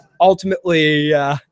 ultimately